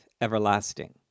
everlasting